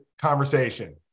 conversation